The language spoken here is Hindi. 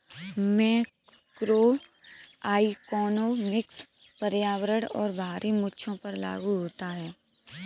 मैक्रोइकॉनॉमिक्स पर्यावरण और बाहरी मुद्दों पर लागू होता है